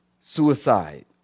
suicide